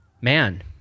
man